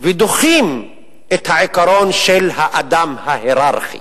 ודוחים את העיקרון של האדם ההייררכי